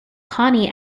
connie